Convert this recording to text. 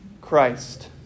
Christ